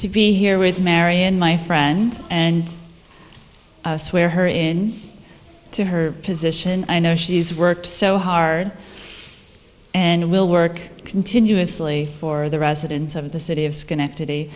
to be here with marianne my friend and i swear her in to her position i know she's worked so hard and will work continuously for the residents of the city of schenectady